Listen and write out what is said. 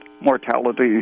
mortality